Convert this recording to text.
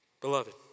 Beloved